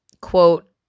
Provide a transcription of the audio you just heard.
quote